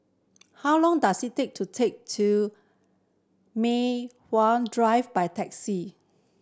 how long does it take to take to Mei Hwan Drive by taxi